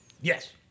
Yes